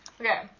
Okay